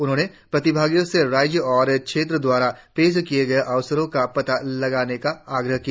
उन्होंने प्रतिभागियों से राज्य और क्षेत्र द्वारा पेश किए गए अवसरों का पता लगाने का आग्रह किया